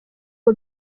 ngo